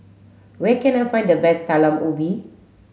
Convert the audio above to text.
where can I find the best Talam Ubi